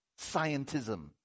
scientism